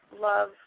love